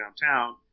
downtown